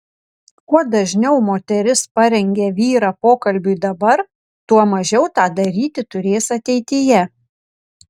kuo dažniau moteris parengia vyrą pokalbiui dabar tuo mažiau tą daryti turės ateityje